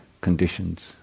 conditions